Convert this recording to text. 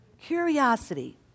Curiosity